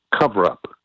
cover-up